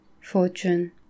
fortune